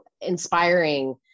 inspiring